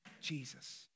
Jesus